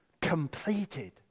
completed